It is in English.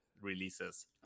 releases